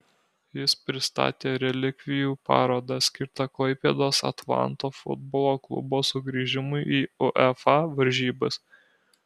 jis pristatė relikvijų parodą skirtą klaipėdos atlanto futbolo klubo sugrįžimui į uefa varžybas